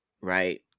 right